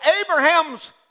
Abraham's